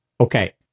Okay